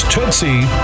Tootsie